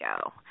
go